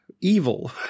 evil